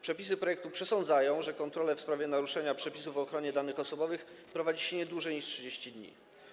Przepisy zawarte w projekcie przesądzają, że kontrolę w sprawie naruszenia przepisów o ochronie danych osobowych prowadzi się nie dłużej niż 30 dni.